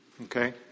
Okay